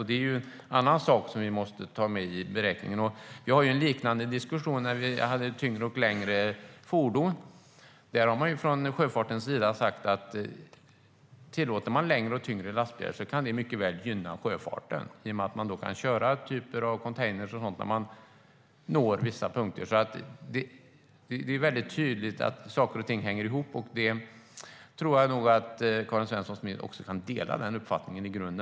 Det är en annan sak vi måste ta med i beräkningen. Det är tydligt att saker och ting hänger ihop. Jag tror att Karin Svensson Smith i grunden kan dela den uppfattningen.